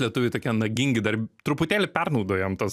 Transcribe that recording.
lietuviai tokie nagingi dar truputėlį per naudojam tuos